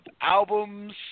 albums